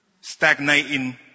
stagnating